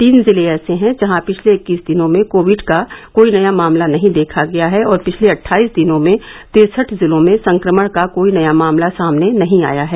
तीन जिले ऐसे हैं जहां पिछले इक्कीस दिनों में कोविड का कोई नया मामला नहीं देखा गया है और पिछले अट्ठाईस दिनों में तिरसठ जिलों में संक्रमण का कोई नया मामला सामने नहीं आया है